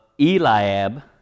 Eliab